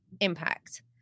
impact